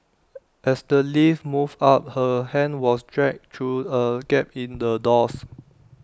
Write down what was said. as the lift moved up her hand was dragged through A gap in the doors